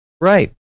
Right